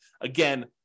Again